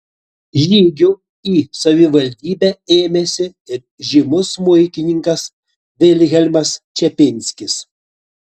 žygių į savivaldybę ėmėsi ir žymus smuikininkas vilhelmas čepinskis